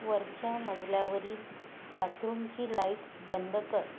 वरच्या मजल्यावरील बाथरूमची लाईट बंद कर